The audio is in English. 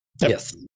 Yes